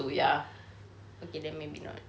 okay then maybe not